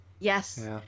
Yes